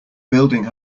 building